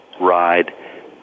ride